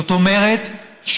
זאת אומרת,